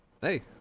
Hey